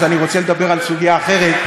אז אני רוצה לדבר על סוגיה אחרת,